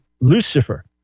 Lucifer